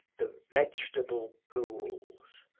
the vegetable ghouls,